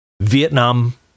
Vietnam